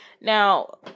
Now